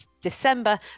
december